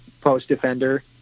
post-defender